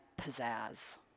pizzazz